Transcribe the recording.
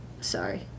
sorry